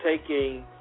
taking